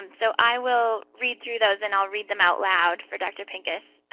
and so i will read through those and i'll read them out loud for dr. pincus.